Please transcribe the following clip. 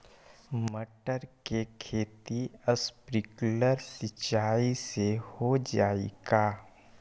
मटर के खेती स्प्रिंकलर सिंचाई से हो जाई का?